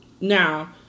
Now